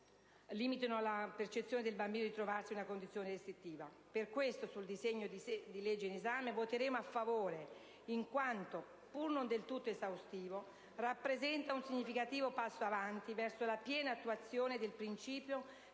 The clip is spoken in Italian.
limitino la percezione del bambino di trovarsi in una condizione restrittiva. Per questo sul disegno di legge in esame voteremo a favore in quanto esso, pur non del tutto esaustivo, rappresenta un significativo passo in avanti verso la piena attuazione del principio